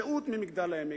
רעות ממגדל-העמק,